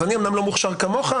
אני אמנם לא מוכשר כמוך,